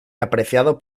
apreciados